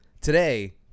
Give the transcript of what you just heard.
Today